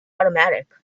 automatic